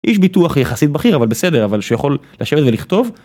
איש ביטוח יחסית בכיר אבל בסדר, אבל שיכול לשבת ולכתוב.